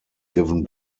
given